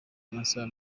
amasaha